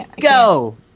Go